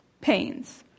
pains